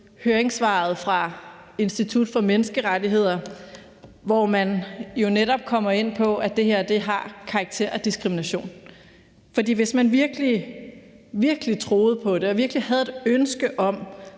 høringssvaret fra Institut for Menneskerettigheder, hvor man jo netop kommer ind på, at det her har karakter af diskrimination. For hvis man virkelig troede på det og virkelig havde et ønske om